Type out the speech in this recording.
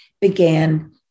began